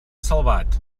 salvat